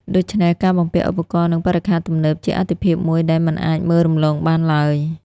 ដូច្នេះការបំពាក់ឧបករណ៍និងបរិក្ខារទំនើបជាអាទិភាពមួយដែលមិនអាចមើលរំលងបានឡើយ។